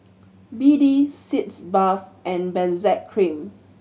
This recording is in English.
B D Sitz Bath and Benzac Cream